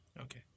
Okay